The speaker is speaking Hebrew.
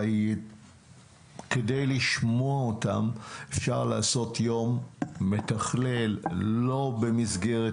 אבל כדי לשמוע אותם אפשר לעשות יום מתכלל שהוא לא במסגרת